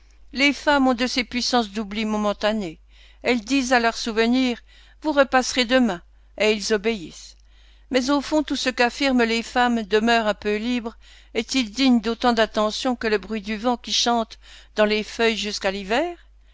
les femmes ont de ces puissances d'oubli momentané elles disent à leurs souvenirs vous repasserez demain et ils obéissent mais au fond tout ce qu'affirment les femmes de mœurs un peu libres est-il digne d'autant d'attention que le bruit du vent qui chante dans les feuilles jusqu'à l'hiver